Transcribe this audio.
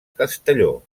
castelló